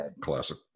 Classic